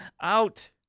out